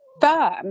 firm